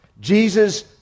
Jesus